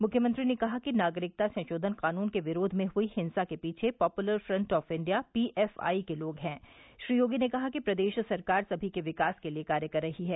मुख्यमंत्री ने कहा कि नागरिकता संशोधन कानून के विरोध में हुई हिंसा के पीछे Popular Front of India P F I के लोग हैं श्री योगी ने कहा कि प्रदेश सरकार सभी के विकास के लिए कार्य कर रही है